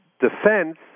defense